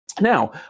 Now